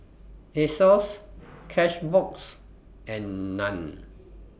Asos Cashbox and NAN